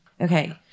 Okay